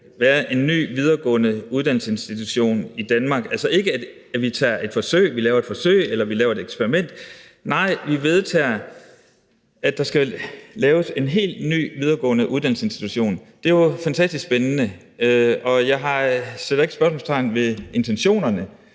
være en ny videregående uddannelsesinstitution i Danmark – altså ikke, at vi laver et forsøg, eller at vi laver et eksperiment, nej, vi vedtager, at der skal laves en helt ny videregående uddannelsesinstitution – er jo fantastisk spændende. Og jeg sætter ikke spørgsmålstegn ved intentionerne.